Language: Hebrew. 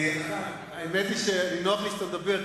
האמת היא שנוח לי כשאתה מדבר,